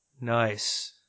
nice